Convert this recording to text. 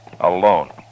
alone